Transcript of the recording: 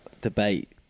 debate